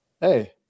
hey